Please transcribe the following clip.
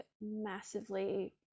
massively